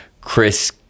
Chris